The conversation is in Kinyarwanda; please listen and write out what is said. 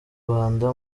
rwanda